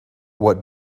what